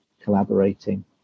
collaborating